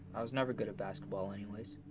i was never good at basketball anyways.